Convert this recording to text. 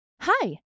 Hi